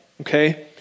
okay